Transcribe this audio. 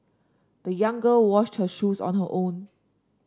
the young girl washed her shoes on her own